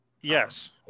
Yes